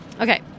Okay